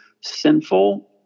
sinful